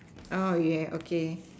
oh yes okay